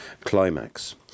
climax